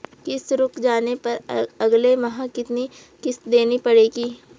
किश्त रुक जाने पर अगले माह कितनी किश्त देनी पड़ेगी?